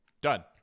Done